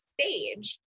stage